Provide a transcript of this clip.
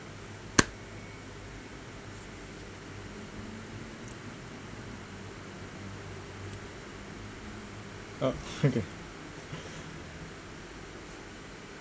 ah okay